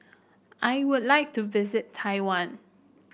I would like to visit Taiwan